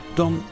dan